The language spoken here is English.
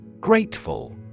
Grateful